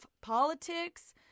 politics